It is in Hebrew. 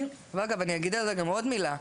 ואגב אני אגיד על זה עוד מילה,